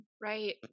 Right